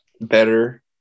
better